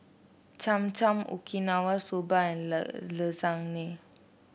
Cham Cham Okinawa Soba and Lasagne